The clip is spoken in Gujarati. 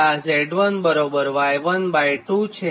આ Z1 બરાબર Y12 છે